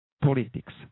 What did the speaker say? politics